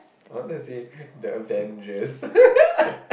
I wanted to say the Avengers